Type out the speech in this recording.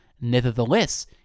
nevertheless